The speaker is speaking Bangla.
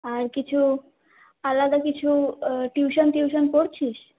আর কিছু আলাদা কিছু টিউশন টিউশন পড়ছিস